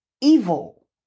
evil